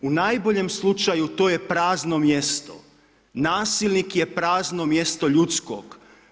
U najboljem slučaju to je prazno mjesto, nasilnik je prazno mjesto ljudskog.